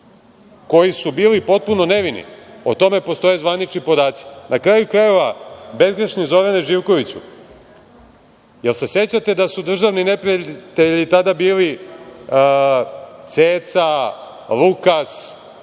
koji su bili potpuno nevini, o tome postoje zvanični podaci. Na kraju krajeva, bezgrešni Zorane Živkoviću, da li se sećate da su državni neprijatelji tada bili Ceca, Lukas,